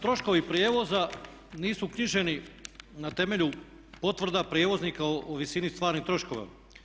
Troškovi prijevoza nisu knjiženi na temelju potvrda prijevoznika o visini stvarnih troškova.